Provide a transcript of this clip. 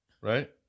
right